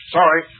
Sorry